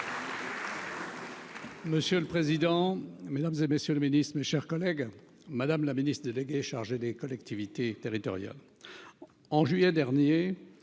Monsieur le président, Mesdames et messieurs, le Ministre, mes chers collègues, madame la ministre déléguée chargée des collectivités territoriales en juillet dernier